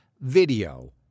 video